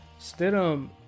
stidham